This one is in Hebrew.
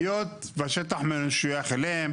היות והשטח משויך אליהם,